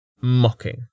mocking